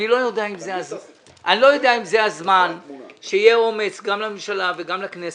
האם זה הזמן לעשות את הדיון האמיתי הזה?